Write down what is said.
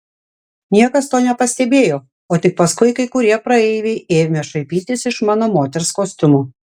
niekas to nepastebėjo o tik paskui kai kurie praeiviai ėmė šaipytis iš mano moters kostiumo